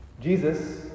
Jesus